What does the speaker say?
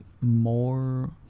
more